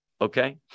okay